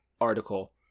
article